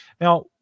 Now